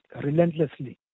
relentlessly